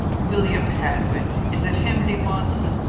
william hadwin. is it him thee wants?